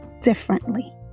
differently